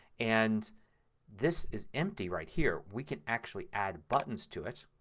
and this is empty right here. we can actually add buttons to it.